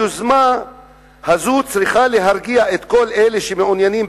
היוזמה הזאת צריכה להרגיע את כל אלה שמעוניינים,